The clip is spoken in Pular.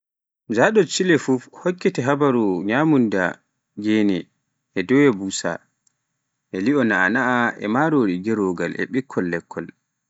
Njaɗo Chile fuf, hokkete habaruu, nyamunda gene, e doya busa, li'o na'ana e marori gerogal, e ɓikkol lekkol.